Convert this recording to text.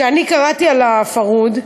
שאני קראתי על ה"פרהוד".